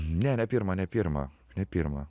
ne ne pirmą ne pirmą ne pirmą